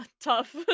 tough